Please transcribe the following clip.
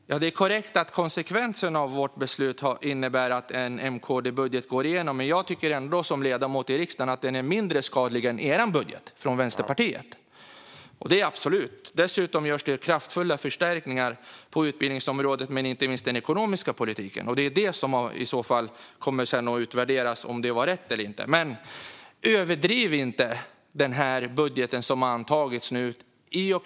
Fru talman! Det är korrekt att konsekvensen av vårt beslut är att en M och KD-budget går igenom. Som ledamot i riksdagen tycker jag ändå att den är mindre skadlig än Vänsterpartiets budget - absolut. Dessutom görs det kraftfulla förstärkningar på utbildningsområdet och inte minst i den ekonomiska politiken. Det är det som i så fall kommer att utvärderas senare, det vill säga om det var rätt eller inte. Överdriv dock inte den budget som nu har antagits, Daniel Riazat!